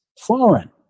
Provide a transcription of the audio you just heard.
foreign